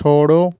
छोड़ो